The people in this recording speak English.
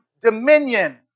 dominion